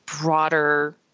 broader